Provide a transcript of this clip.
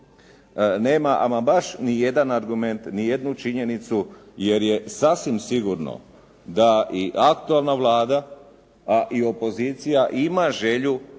nema ama baš ni jedan argument, ni jednu činjenicu jer je sasvim sigurno da i aktualna Vlada, a i opozicija ima želju